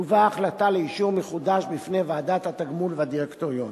תובא ההחלטה לאישור מחודש בפני ועדת התגמול והדירקטוריון.